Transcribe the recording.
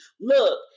Look